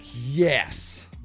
yes